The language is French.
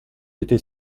été